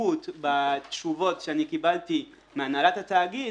הדחיפות בתשובות שקיבלתי מהנהלת התאגיד.